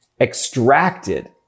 extracted